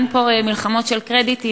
אין פה מלחמות של קרדיטים.